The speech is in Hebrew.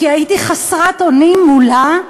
כי הייתי חסרת אונים מולה.